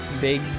Big